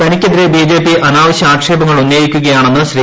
തനിക്കെതിരെ ബിജെപി അനാവശ്യ ആക്ഷേപങ്ങൾ ഉന്നയിക്കുകയാണെന്ന് ശ്രീ